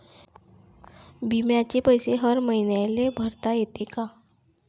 बिम्याचे पैसे हर मईन्याले भरता येते का?